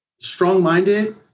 strong-minded